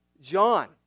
John